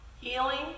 healing